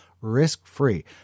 risk-free